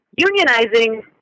unionizing